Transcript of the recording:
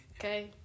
Okay